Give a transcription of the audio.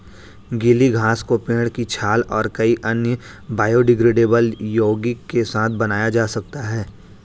गीली घास को पेड़ की छाल और कई अन्य बायोडिग्रेडेबल यौगिक के साथ बनाया जा सकता है